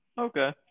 Okay